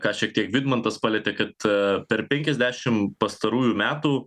ką šiek tiek vidmantas palietė kad per penkiasdešim pastarųjų metų